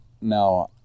Now